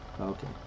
Okay